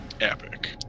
Epic